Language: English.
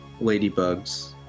ladybugs